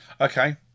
okay